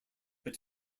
but